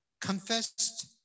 confessed